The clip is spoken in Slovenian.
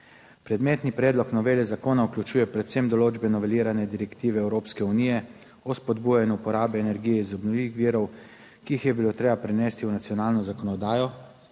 Predmetni predlog novele zakona vključuje predvsem določbe novelirane direktive Evropske unije o spodbujanju porabe energije iz obnovljivih virov, ki jih je bilo treba prenesti v nacionalno zakonodajo,